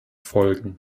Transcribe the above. folgen